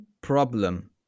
problem